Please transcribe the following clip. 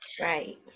Right